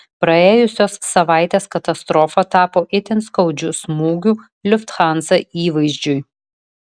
praėjusios savaitės katastrofa tapo itin skaudžiu smūgiu lufthansa įvaizdžiui